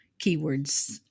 keywords